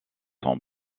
son